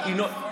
אני אגיד לך.